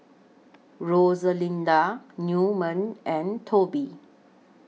Rosalinda Newman and Toby